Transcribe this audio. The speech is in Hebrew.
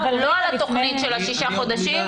לא על התוכנית של השישה חודשים.